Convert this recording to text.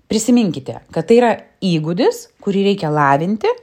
prisiminkite kad tai yra įgūdis kurį reikia lavinti